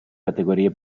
categorie